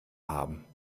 haben